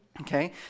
okay